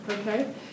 Okay